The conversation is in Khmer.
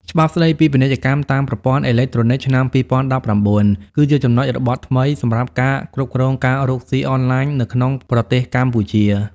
ច្បាប់ស្ដីពីពាណិជ្ជកម្មតាមប្រព័ន្ធអេឡិចត្រូនិកឆ្នាំ ២០១៩ គឺជាចំណុចរបត់ថ្មីសម្រាប់ការគ្រប់គ្រងការរកស៊ីអនឡាញនៅក្នុងប្រទេសកម្ពុជា។